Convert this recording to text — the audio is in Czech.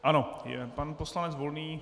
Ano, pan poslanec Volný.